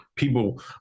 People